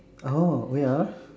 oh oh yeah ah